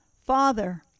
Father